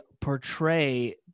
portray